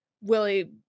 Willie